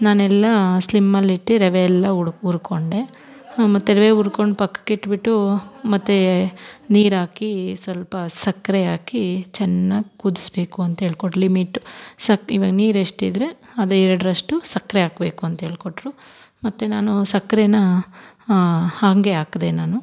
ನಾನೆಲ್ಲ ಸ್ಲಿಮ್ಮಲ್ಲಿಟ್ಟು ರವೆ ಎಲ್ಲ ಉಡ್ ಹುರ್ಕೊಂಡೆ ಹಾಂ ಮತ್ತು ರವೆ ಹುರ್ಕೊಂಡ್ ಪಕ್ಕಕ್ಕಿಟ್ಬಿಟ್ಟು ಮತ್ತು ನೀರಾಕಿ ಸ್ವಲ್ಪ ಸಕ್ಕರೆ ಹಾಕಿ ಚೆನ್ನಾಗ್ ಕುದಿಸ್ಬೇಕು ಅಂತ ಹೇಳ್ಕೊಟ್ ಲಿಮಿಟ್ ಸಕ್ ಇವಾಗ ನೀರು ಎಷ್ಟು ಇದ್ದರೆ ಅದರ ಎರಡರಷ್ಟು ಸಕ್ಕರೆ ಹಾಕ್ಬೇಕು ಅಂತೇಳ್ಕೊಟ್ರು ಮತ್ತು ನಾನು ಸಕ್ಕರೆನ ಹಂಗೆ ಹಾಕ್ದೆ ನಾನು